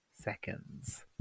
seconds